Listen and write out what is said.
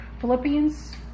Philippians